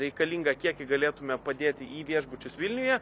reikalingą kiekį galėtume padėti į viešbučius vilniuje